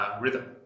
rhythm